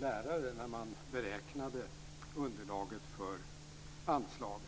lärare när man beräknade underlaget för anslagen.